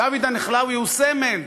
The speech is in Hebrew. דוד הנחלאווי הוא סמל.